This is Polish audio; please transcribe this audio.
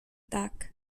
tak